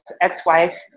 ex-wife